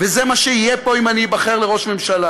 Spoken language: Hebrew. וזה מה שיהיה פה אם אני איבחר לראשות הממשלה.